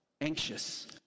anxious